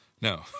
no